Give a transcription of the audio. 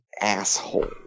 asshole